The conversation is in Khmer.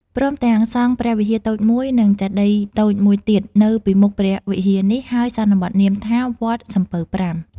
ព្រមទាំងសង់ព្រះវិហារតូចមួយ និងចេតិយតូចមួយទៀត នៅពីមុខព្រះវិហារនេះ ហើយសន្មតនាមថា "វត្តសំពៅប្រាំ" ។